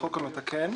החוק המתקן),